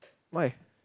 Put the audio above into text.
why